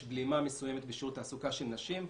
בלימה מסוימת בשיעור התעסוקה של נשים,